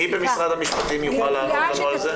מי במשרד המשפטים יוכל לענות על השאלה?